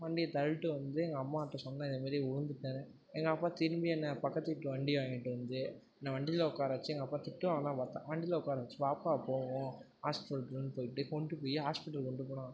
வண்டியை தள்ளிட்டு வந்து எங்கள் அம்மாகிட்ட சொன்னேன் இதே மாதிரி விழுந்துட்டேன் எங்கள் அப்பா திரும்பி என்னை பக்கத்து வீட்டு வண்டியை வாங்கிட்டு வந்து என்னை வண்டியில உட்கார வச்சு எங்கள் அப்பா திட்டுவாங்கனு தான் பார்த்தேன் வண்டியில உக்கார வச்சு வாப்பா போவோம் ஹாஸ்பிட்டல் போவோம்னு போயிட்டு கொண்டு போய் ஹாஸ்பிட்டல் கொண்டு போனாங்க